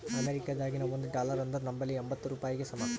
ಅಮೇರಿಕಾದಾಗಿನ ಒಂದ್ ಡಾಲರ್ ಅಂದುರ್ ನಂಬಲ್ಲಿ ಎಂಬತ್ತ್ ರೂಪಾಯಿಗಿ ಸಮ